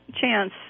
chance